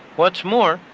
what's more,